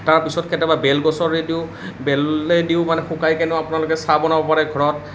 তাৰ পিছত কেতিয়াবা বেল গছৰেদিও বেলেদিও মানে শুকাই কিনেও আপোনালোকে চাহ বনাব পাৰে ঘৰত